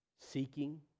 Seeking